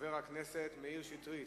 חבר הכנסת מאיר שטרית,